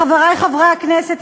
חברי חברי הכנסת,